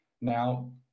Now